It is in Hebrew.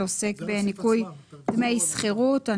שעוסק בניכוי דמי שכירות.